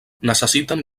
necessiten